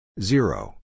Zero